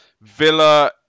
Villa